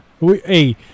Hey